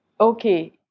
Okay